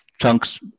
chunks